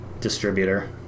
distributor